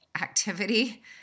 activity